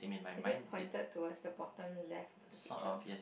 is it pointed towards the bottom left of the picture